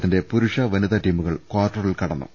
ത്തിന്റെ പുരുഷ വനിതാ ടീമുകൾ കാർട്ടറിൽ കടന്നു